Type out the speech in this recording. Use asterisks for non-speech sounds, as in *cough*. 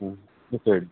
*unintelligible*